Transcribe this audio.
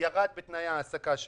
שירד בתנאי העסקה שלו.